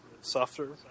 softer